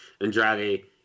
Andrade